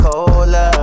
Cola